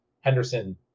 Henderson